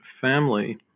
family